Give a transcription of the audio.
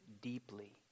deeply